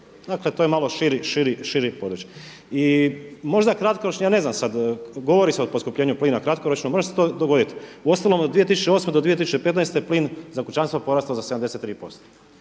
dakle to je malo šire područje. I možda kratkoročni, ja ne znam sada govori se o poskupljenju plina kratkoročno, možda će se to dogoditi, uostalom od 2008. do 2015. plin za kućanstva porastao je za 73%.